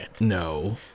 no